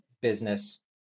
business